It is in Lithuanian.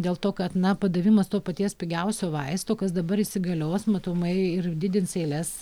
dėl to kad na padavimas to paties pigiausio vaisto kas dabar įsigalios matomai ir didins eiles